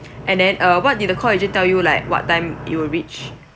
and then uh what did the call agent tell you like what time it will reach